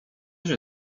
się